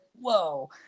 whoa